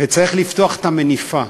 וצריך לפתוח את המניפה,